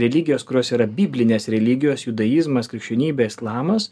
religijos kurios yra biblinės religijos judaizmas krikščionybė islamas